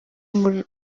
muri